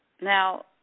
Now